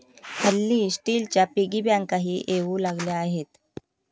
हल्ली स्टीलच्या पिगी बँकाही येऊ लागल्या आहेत